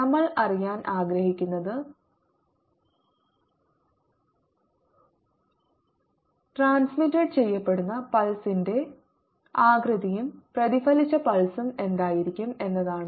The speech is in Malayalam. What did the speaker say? നമ്മൾ അറിയാൻ ആഗ്രഹിക്കുന്നത് ട്രാൻസ്മിറ്റഡ് ചെയ്യപ്പെടുന്ന പൾസിന്റെ ആകൃതിയും പ്രതിഫലിച്ച പൾസും എന്തായിരിക്കും എന്നതാണ്